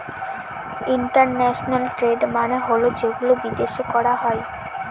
international trade মানে হল যেগুলো বিদেশে করা হয়